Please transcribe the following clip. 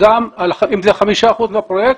אם זה 5 אחוזים מהפרויקט,